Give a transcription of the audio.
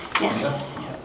Yes